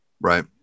right